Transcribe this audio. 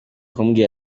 kumbwira